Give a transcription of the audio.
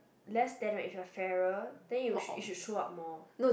less than right if you are fairer then you it should show up more